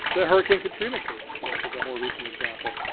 the hurricane katrina case is ah is a more recent example.